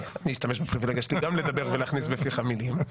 אני אשתמש בפריבילגיה שלי גם לדבר ולהכניס בפיך מילים.